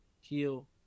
heal